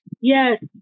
yes